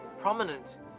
prominent